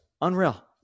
Unreal